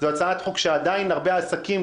זה הצעת חוק שנוגעת לכך שעדיין הרבה עסקים,